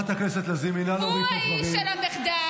הוא האיש של המחדל,